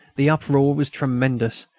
the uproar was tremendous,